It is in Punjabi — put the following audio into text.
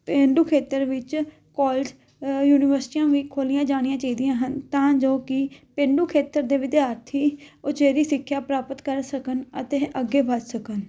ਪੇਂਡੂ ਖੇਤਰ ਵਿੱਚ ਕੋਲਜ ਯੂਨੀਵਰਸਿਟੀਆਂ ਵੀ ਖੋਲ੍ਹੀਆਂ ਜਾਣੀਆਂ ਚਾਹੀਦੀਆਂ ਹਨ ਤਾਂ ਜੋ ਕਿ ਪੇਂਡੂ ਖੇਤਰ ਦੇ ਵਿਦਿਆਰਥੀ ਉਚੇਰੀ ਸਿੱਖਿਆ ਪ੍ਰਾਪਤ ਕਰ ਸਕਣ ਅਤੇ ਅੱਗੇ ਵੱਧ ਸਕਣ